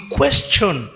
question